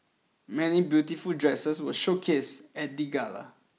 many beautiful dresses were showcased at the gala